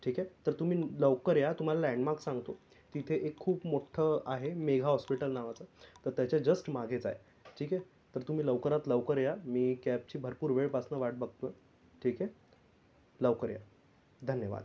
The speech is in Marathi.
ठीक आहे तर तुम्ही लवकर या तुम्हाला लँडमार्क सांगतो तिथे एक खूप मोठं आहे मेघा हॉस्पिटल नावाचं तर त्याच्या जस्ट मागेच आहे ठीक आहे तर तुम्ही लवकरात लवकर या मी कॅबची भरपूर वेळपासून वाट बघतो आहे ठीक आहे लवकर या धन्यवाद